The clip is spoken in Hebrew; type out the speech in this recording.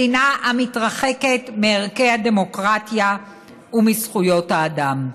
מדינה המתרחקת מערכי הדמוקרטיה ומזכויות האדם.